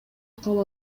кабыл